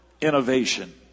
innovation